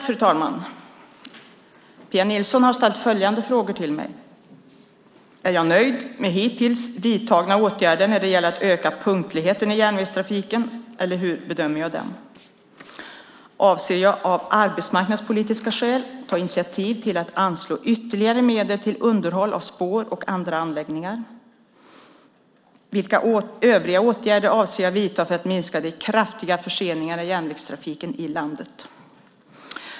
Fru talman! Pia Nilsson har ställt följande frågor till mig: Är jag nöjd med hittills vidtagna åtgärder när det gäller att öka punktligheten i järnvägstrafiken eller hur bedömer jag dem? Avser jag av arbetsmarknadspolitiska skäl att ta initiativ till att anslå ytterligare medel till underhåll av spår och andra anläggningar? Vilka övriga åtgärder avser jag att vidta för att minska de kraftiga förseningarna i järnvägstrafiken i landet?